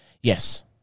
Yes